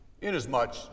Inasmuch